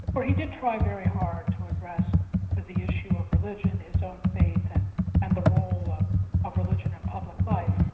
where he did try very hard to address the issue of religion, his own faith and the role ah of religion in public life.